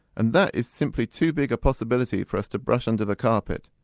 and that is simply too big a possibility for us to brush under the carpet.